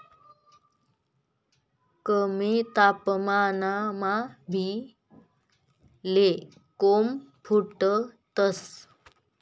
कमी तापमानमा बी ले कोम फुटतंस